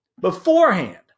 beforehand